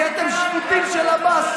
נהייתם שפוטים של עבאס,